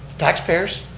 taxpayers?